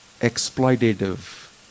Exploitative